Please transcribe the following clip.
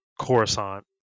Coruscant